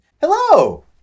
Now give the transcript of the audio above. Hello